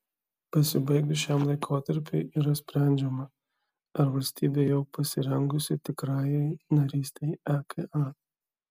pasibaigus šiam laikotarpiui yra sprendžiama ar valstybė jau pasirengusi tikrajai narystei eka